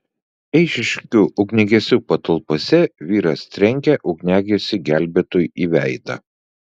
eišiškių ugniagesių patalpose vyras trenkė ugniagesiui gelbėtojui į veidą